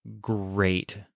great